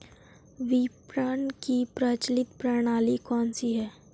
विपणन की प्रचलित प्रणाली कौनसी है?